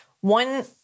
one